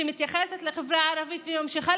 שמתייחסות לחברה הערבית וממשיכות